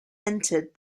entered